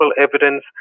evidence